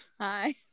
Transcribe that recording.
hi